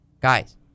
Guys